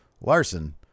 Larson